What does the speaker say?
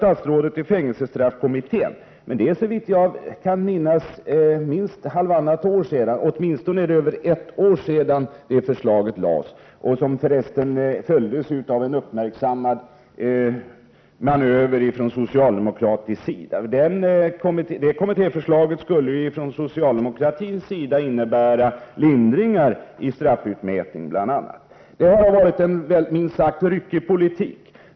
Statsrådet hänvisar till fängelsestraffkommittén, men det är såvitt jag kan minnas halvtannat år sedan det förslaget lades fram, och det följdes för resten av en uppmärksammad manöver från socialdemokratin. Kommittéförslaget från socialdemokraterna innebar lindringar i straffutmätningen. Det har varit en minst sagt ryckig kriminalpolitik.